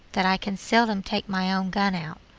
that i can seldom take my own gun out.